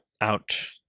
out